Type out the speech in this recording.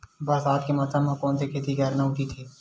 बरसात के मौसम म कोन से खेती करना उचित होही?